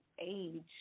age